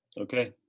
Okay